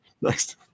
Next